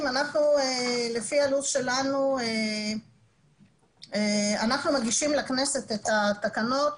לפי לוח הזמנים שלנו אנחנו מגישים לכנסת את התקנות